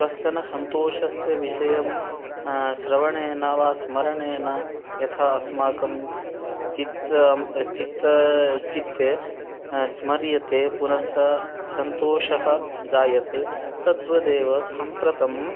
कश्चन सन्तोषस्य विषयं श्रवणेन वा स्मरणेन यथा अस्माकं चित्तं चित्तं चित्ते स्मर्यते पुनः सन्तोषः जायते तद्वदेव साम्प्रतम्